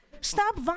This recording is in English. stop